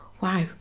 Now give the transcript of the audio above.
wow